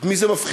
את מי זה מפחיד?